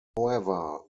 however